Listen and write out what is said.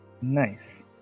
Nice